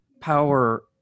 power